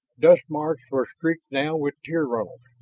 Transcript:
dust marks were streaked now with tear runnels,